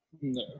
No